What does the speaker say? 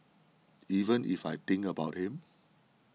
even if I think about him